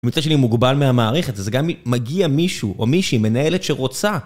מצד שני הוא מוגבל מהמערכת הזה, זה גם מגיע מישהו או מישהי מנהלת שרוצה.